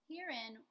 Herein